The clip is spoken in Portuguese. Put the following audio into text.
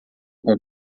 com